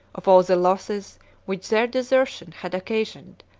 of all the losses which their desertion had occasioned,